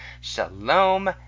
Shalom